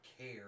care